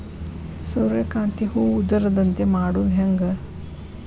ಸೂರ್ಯಕಾಂತಿ ಹೂವ ಉದರದಂತೆ ಮಾಡುದ ಹೆಂಗ್?